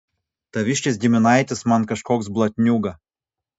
taviškis giminaitis man kažkoks blatniūga